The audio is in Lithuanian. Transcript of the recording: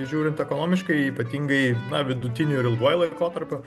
žiūrint ekonomiškai ypatingai na vidutiniu ir ilguoju laikotarpiu